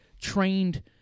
trained